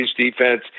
defense